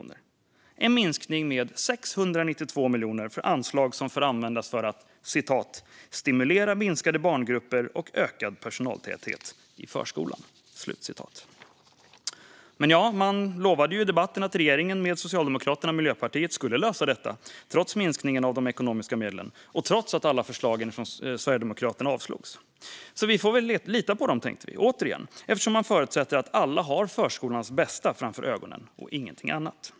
Det är en minskning med 692 miljoner för ett anslag som får användas för att "stimulera minskade barngrupper och ökad personaltäthet i förskolan". Regeringen med Socialdemokraterna och Miljöpartiet lovade i debatten att man skulle lösa detta trots minskningen av de ekonomiska medlen och trots att alla förslag från Sverigedemokraterna avslogs. Vi får väl lita på dem, tänkte vi återigen, eftersom man förutsätter att alla har förskolans bästa framför ögonen och inget annat.